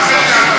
את משפחת שעבאן?